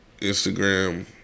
Instagram